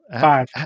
Five